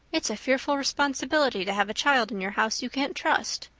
it's a fearful responsibility to have a child in your house you can't trust.